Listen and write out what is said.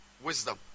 Wisdom